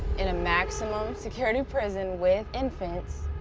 in a maximum security prison, with infants,